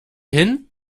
hin